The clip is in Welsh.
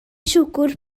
siwgr